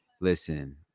listen